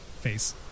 face